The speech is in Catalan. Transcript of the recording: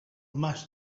mas